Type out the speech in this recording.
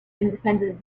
independent